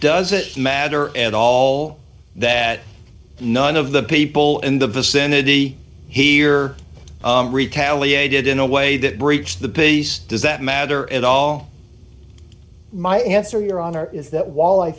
does it matter at all that none of the people in the vicinity here retaliated in a way that breached the base does that matter at all my answer your honor is that w